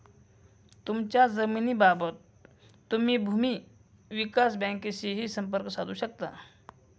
तुमच्या जमिनीबाबत तुम्ही भूमी विकास बँकेशीही संपर्क साधू शकता